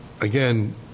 Again